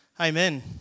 Amen